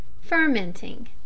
Fermenting